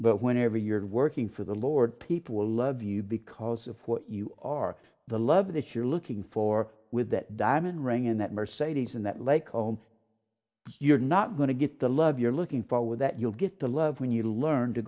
but whenever you're working for the lord people will love you because of what you are the love that you're looking for with that diamond ring in that mercedes in that lake home you're not going to get the love you're looking for with that you'll get the love when you learn to